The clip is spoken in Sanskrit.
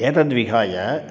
एतद्विहाय